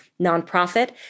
nonprofit